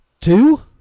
two